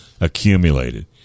accumulated